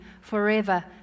forever